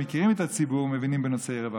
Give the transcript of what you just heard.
שמכירים את הציבור ומבינים בנושאי רווחה.